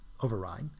override